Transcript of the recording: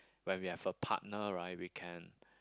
when we have a partner right we can